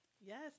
Yes